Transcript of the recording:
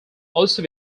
also